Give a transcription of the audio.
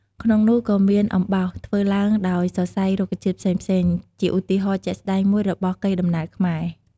ក្នុងនោះក៏មានអំបោស ធ្វើឡើងដោយសរសៃរុក្ខជាតិផ្សេងៗ ជាឧទាហរណ៍ជាក់ស្ដែងមួយរបស់កេរដំណែលខ្មែរ។